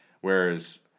Whereas